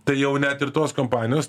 tai jau net ir tos kompanijos